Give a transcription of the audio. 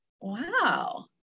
Wow